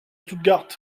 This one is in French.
stuttgart